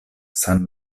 san